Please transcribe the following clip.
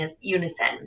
unison